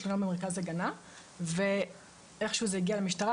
תלונה במרכז הגנה ואיכשהו זה הגיע למשטרה,